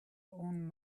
own